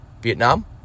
Vietnam